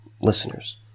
listeners